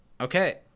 Okay